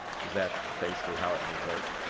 is that basically how it would work?